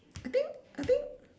I think I think